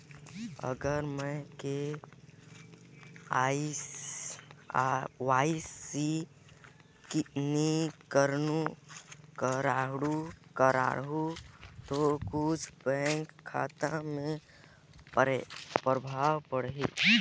अगर मे के.वाई.सी नी कराहू तो कुछ बैंक खाता मे प्रभाव पढ़ी?